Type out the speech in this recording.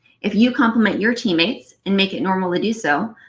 if you compliment your team-mates and make it normal to do so,